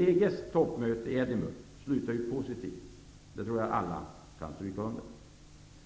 EG:s toppmöte i Edinburgh slutade ju positivt - det tror jag att alla kan stryka under.